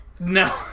No